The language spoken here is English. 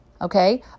Okay